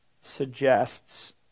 suggests